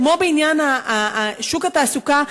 כמו בעניין שוק התעסוקה,